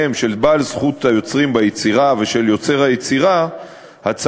של בעל זכויות היוצרים או מבלי לשלם תמלוגים, וזאת